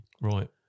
Right